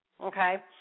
okay